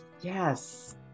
Yes